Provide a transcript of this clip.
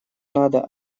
надо